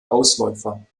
ausläufer